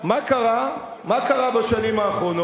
איפה ביבי?